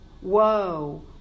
whoa